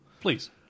Please